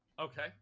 Okay